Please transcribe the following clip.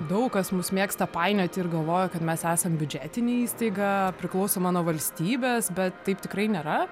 daug kas mus mėgsta painioti ir galvoja kad mes esam biudžetinė įstaiga priklausoma nuo valstybės bet taip tikrai nėra